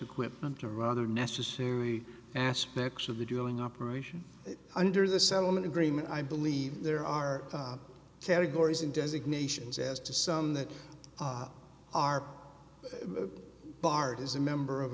equipment or rather necessary aspects of the drilling operation under the settlement agreement i believe there are categories in designations as to some that are barred is a member of